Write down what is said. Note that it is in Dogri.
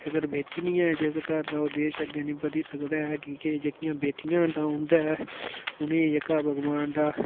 अगर बेटी नी ऐ जिस घर तां ओह् देश अग्गैं नी बधी सकदा ऐ कि के जेह्कियां बेटियां न तां उं'दे उ'नेंगी जेह्का भगवान दा